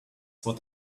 what